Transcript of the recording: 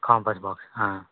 compass box